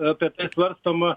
apie tai svarstoma